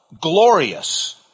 glorious